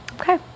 okay